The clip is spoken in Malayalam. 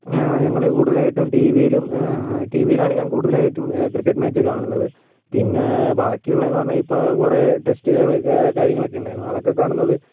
ഞങ്ങൾ കൂടുതലായിട്ടും ടി വിയിലും ടി വിയിലാണ് ഞാൻ കൂടുതലായിട്ടും ക്രിക്കറ്റ് മാച്ച് കാണുന്നത് പിന്നെ ബാക്കി ഉള്ള എന്ന് പറഞ്ഞ കുറെ ടെസ്റ്റുകളും കാര്യങ്ങളൊക്കെ ഉണ്ടായിരുന്നു അതൊക്കെ കാണുന്നത്